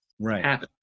Right